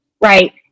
Right